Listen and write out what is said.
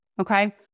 Okay